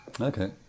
Okay